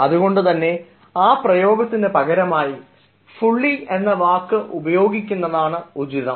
അതുകൊണ്ടുതന്നെ ആ പ്രയോഗത്തിന് പകരമായി ഫുള്ളി എന്ന വാക്ക് ഉപയോഗിക്കുന്നതാണ് ഉചിതം